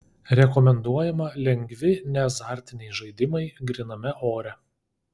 rekomenduojama lengvi neazartiniai žaidimai gryname ore